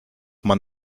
man